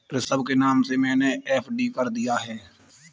ऋषभ के नाम से मैने एफ.डी कर दिया है